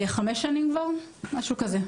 חמש שנים כבר, משהו כזה.